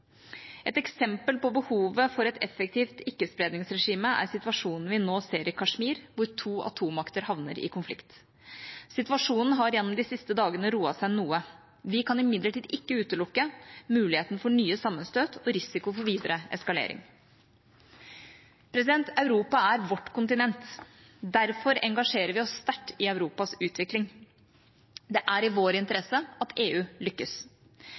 Et eksempel på behovet for et effektivt ikke-spredningsregime er situasjonen vi nå ser i Kashmir, hvor to atommakter havner i konflikt. Situasjonen har gjennom de siste dagene roet seg noe. Vi kan imidlertid ikke utelukke muligheten for nye sammenstøt og risiko for videre eskalering. Europa er vårt kontinent. Derfor engasjerer vi oss sterkt i Europas utvikling. Det er i vår interesse at EU lykkes.